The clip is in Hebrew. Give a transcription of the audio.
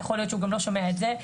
יכול להיות שהוא גם לא שומע את זה,